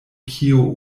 kio